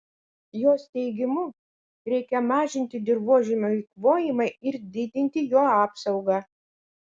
jos teigimu reikia mažinti dirvožemio eikvojimą ir didinti jo apsaugą